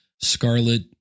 Scarlet